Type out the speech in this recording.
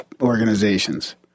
organizations